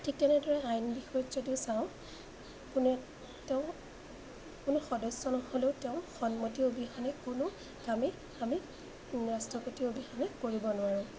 ঠিক তেনেদৰে আইন বিষয়ত যদিও চাওঁ কোনে তেওঁ কোনো সদস্য নহ'লেও তেওঁৰ সন্মতি অবিহনে কোনো কামেই আমি ৰাষ্ট্ৰপতি অবিহনে কৰিব নোৱাৰোঁ